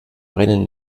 brennen